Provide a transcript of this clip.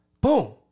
boom